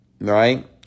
right